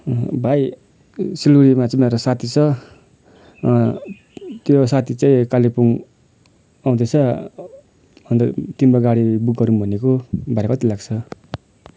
भाइ सिलगढीमा चाहिँ मेरो साथी छ त्यो साथी चाहिँ कालिम्पोङ आउँदैछ अन्त तिम्रो गाडी बुक गरौँ भनेको भाडा कति लाग्छ